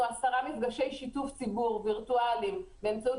עשרה מפגשי שיתוף ציבור וירטואליים באמצעות